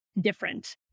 different